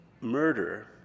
murder